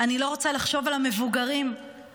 אני לא רוצה לחשוב על המבוגרים בשבי,